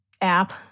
app